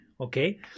okay